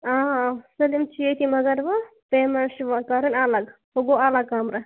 سٲلِم چھِ ییٚتی مگر وۅنۍ پیمٮ۪نٛٹ چھِ وۅنۍ کَرٕنۍ الگ ہُہ گوٚو الگ کَمرٕ